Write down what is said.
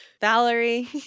Valerie